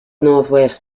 northwest